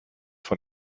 von